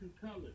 colors